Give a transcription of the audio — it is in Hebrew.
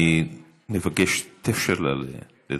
אני מבקש, תאפשר לה לדבר.